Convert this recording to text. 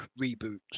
reboots